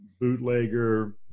Bootlegger